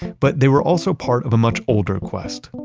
but they were also part of a much older quest,